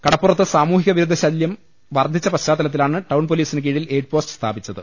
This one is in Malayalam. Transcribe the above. കടപ്പുറത്ത് സാമൂഹിക വിരുദ്ധശല്യം വർധിച്ച പശ്ചാ ത്തലത്തിലാണ് ടൌൺ പൊലീസിനു കീഴിൽ എയിഡ്പോസ്റ്റ് സ്ഥാപിച്ചത്